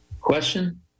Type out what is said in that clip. question